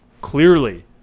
clearly